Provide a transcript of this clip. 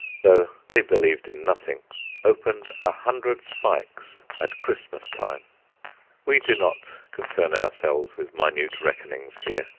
though they believed in nothing opened a hundred spikes at christmas time we do not concern ourselves with minute reckonings here.